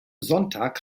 sonntag